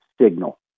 signal